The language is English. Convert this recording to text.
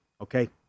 Okay